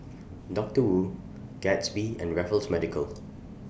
Doctor Wu Gatsby and Raffles Medical